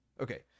Okay